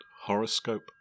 Horoscope